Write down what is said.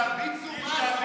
בני בגין, תן לה חיזוקים.